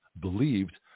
believed